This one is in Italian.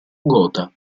gotha